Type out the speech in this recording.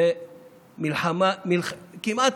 זו מלחמה כמעט,